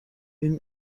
این